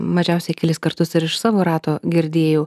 mažiausiai kelis kartus ir iš savo rato girdėjau